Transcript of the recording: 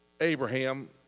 Abraham